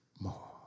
more